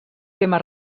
tema